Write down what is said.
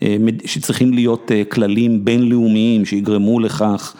אמ...שצריכים להיות א-כללים בינלאומיים שיגרמו לכך,